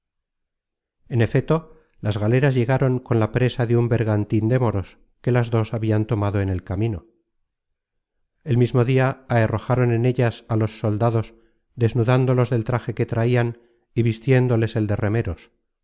en efeto las galeras llegaron con la presa de un bergantin de moros que las dos habian tomado en el camino el mismo dia aherrojaron en ellas á los soldados desnudándolos del traje que traian y vistiéndoles el de remeros